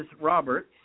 Roberts